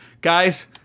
Guys